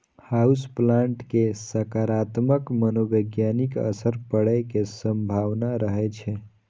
house plant के सकारात्मक मनोवैज्ञानिक असर पड़ै के संभावना रहै छै